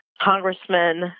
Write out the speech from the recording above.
Congressman